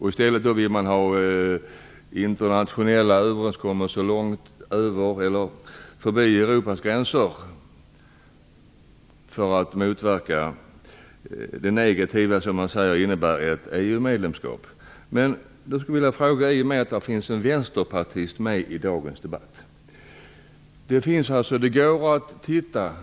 I stället vill de införa internationella överenskommelser långt förbi Europas gränser för att motverka det negativa i ett EU medlemskap. I och med att det finns en vänsterpartist med i dagens debatt vill jag fråga följande.